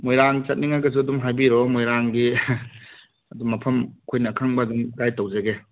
ꯃꯣꯏꯔꯥꯡ ꯆꯠꯅꯤꯡꯉꯒꯁꯨ ꯑꯗꯨꯝ ꯍꯥꯏꯕꯤꯔꯛꯑꯣ ꯃꯣꯏꯔꯥꯡꯒꯤ ꯑꯗꯨꯝ ꯃꯐꯝ ꯑꯩꯈꯣꯏꯅ ꯑꯈꯪꯕ ꯑꯗꯨꯝ ꯒꯥꯏꯠ ꯇꯧꯖꯒꯦ